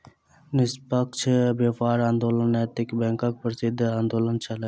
निष्पक्ष व्यापार आंदोलन नैतिक बैंकक प्रसिद्ध आंदोलन छल